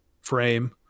frame